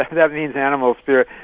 that means animal spirits.